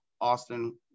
austin